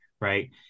Right